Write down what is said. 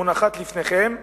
מונחת לפניכם,